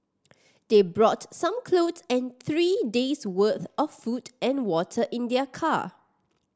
they brought some clothes and three days' worth of food and water in their car